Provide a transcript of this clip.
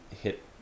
hit